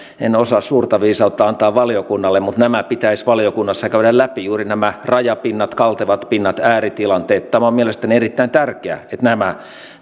en osaa suurta viisautta antaa valiokunnalle että nämä pitäisi valiokunnassa käydä läpi juuri nämä rajapinnat kaltevat pinnat ääritilanteet tämä on mielestäni erittäin tärkeää että nämä